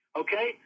okay